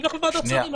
נלך לוועדת שרים.